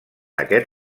aquest